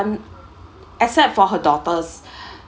um except for her daughters